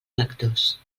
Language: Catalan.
lectors